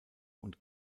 und